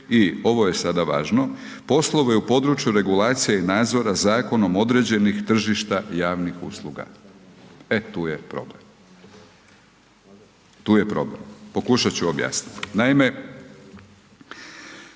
i ovo je sada važno, poslove u području regulacije i nadzora zakonom određenih tržišta javnih usluga. E, tu je problem. Tu je problem pokušat ću objasnit. Naime,